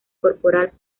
corporal